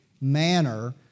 manner